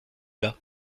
bas